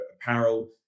apparel